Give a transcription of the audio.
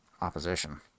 opposition